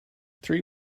three